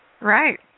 Right